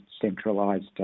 centralised